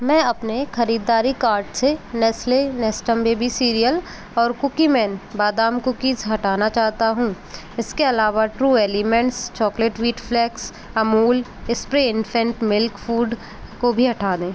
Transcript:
मैं अपने ख़रीदारी कार्ड से नेस्ले नेस्टम बेबी सीरियल और कुकीमैन बादाम कुकीज़ हटाना चाहता हूँ इसके अलावा true elements chocolate wheat flakes Amul spray infant milk food को भी हटा दें